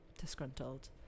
disgruntled